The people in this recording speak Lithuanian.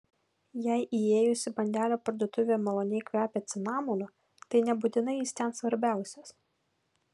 jei įėjus į bandelių parduotuvę maloniai kvepia cinamonu tai nebūtinai jis ten svarbiausias